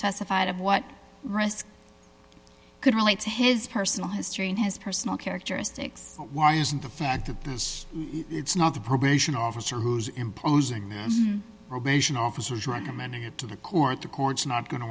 specified of what risk could relate to his personal history and his personal characteristics why isn't the fact that this it's not the probation officer who's imposing their probation officers recommending it to the court the courts not going to